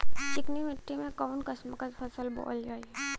चिकनी मिट्टी में कऊन कसमक फसल बोवल जाई?